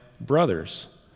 brothers